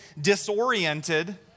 disoriented